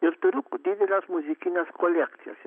ir turiu didelės muzikinės kolekcijos